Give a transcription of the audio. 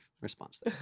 response